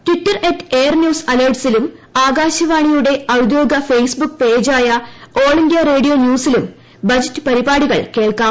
ടിറ്റർഅറ്റ്എയർന്യൂസ് അലർട്ട്സിലൂർ ആക്ടാശവാണിയുടെ ഔദ്യോഗിക ഫെയ്സ്ബുക്ക് പേജായ ആൾ ഇന്ത്യൂറേഡിയോ ന്യൂസിലും ബജറ്റ് പരിപാടികൾ കേൾക്കാം